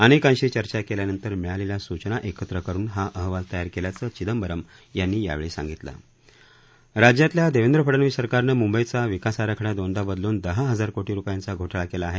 अनेकांशी चर्चा केल्यानंतर मिळालेल्या सूचना एकत्र करून हा अहवाल तयार केल्याचं चिदंबरम यांनी यावेळी सांगितलं राज्यातल्या देवेंद्र फडनवीस सरकारनं मुंबईचा विकास आराखडा दोनदा बदलून दहा हजार कोटी रुपयांचा घोटाळा केला आहे